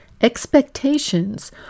Expectations